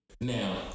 Now